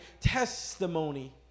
testimony